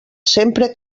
sempre